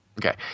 Okay